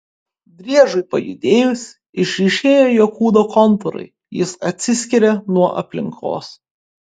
driežui pajudėjus išryškėja jo kūno kontūrai jis atsiskiria nuo aplinkos